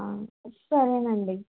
సరేనండి